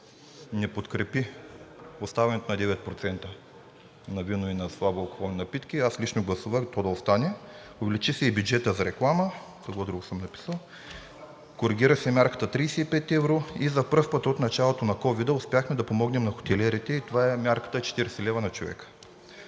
не подкрепи оставането на 9% на вино и на слабоалкохолни напитки. Аз лично гласувах то да остане. Увеличи се и бюджетът за реклама. Коригира се мярката 35 евро. За пръв път от началото на ковида успяхме да помогнем на хотелиерите и това е мярката 40 лв. на човек.